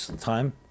time